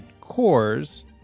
cores